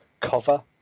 cover